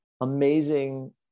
amazing